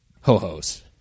Ho-Ho's